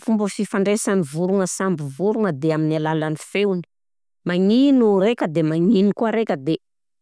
Fomba fifandraisany vorogna samby vorogna de amin'ny alalan'ny feony, magneno raika de magneno koa raika de